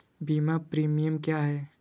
बीमा प्रीमियम क्या है?